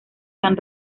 san